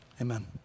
amen